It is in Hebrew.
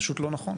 פשוט לא נכון.